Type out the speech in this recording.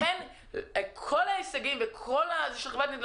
לכן, לא מעניינים אותי כל ההישגים של נתיבי ישראל.